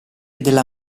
della